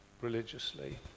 religiously